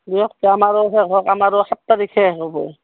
দিয়ক তে আমাৰো শেষ হওক আমাৰো সাত তাৰিখে শেষ হ'ব